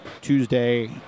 Tuesday